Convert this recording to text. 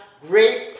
great